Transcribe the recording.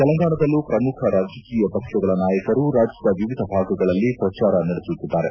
ತೆಲಂಗಾಣದಲ್ಲೂ ಪ್ರಮುಖ ರಾಜಕೀಯ ಪಕ್ಷಗಳ ನಾಯಕರು ರಾಜ್ಜದ ವಿವಿಧ ಭಾಗಗಳಲ್ಲಿ ಪ್ರಚಾರ ನಡೆಸುತ್ತಿದ್ದಾರೆ